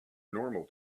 normal